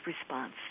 response